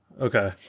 Okay